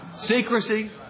Secrecy